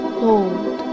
hold